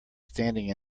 standing